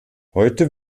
heute